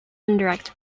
indirect